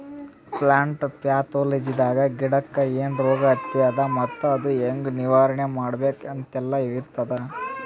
plant ಪ್ಯಾಥೊಲಜಿದಾಗ ಗಿಡಕ್ಕ್ ಏನ್ ರೋಗ್ ಹತ್ಯಾದ ಮತ್ತ್ ಅದು ಹೆಂಗ್ ನಿವಾರಣೆ ಮಾಡ್ಬೇಕ್ ಅಂತೆಲ್ಲಾ ಇರ್ತದ್